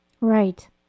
Right